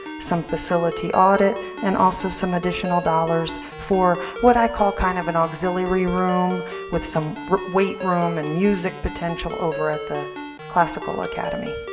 some facility audit, and also some additional dollars for what i call kind of an auxiliary room with some weight room and music potential over at the classical academy.